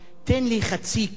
תן לי חצי קילו